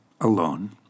alone